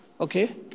Okay